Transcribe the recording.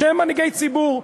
שהם מנהיגי ציבור,